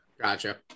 Gotcha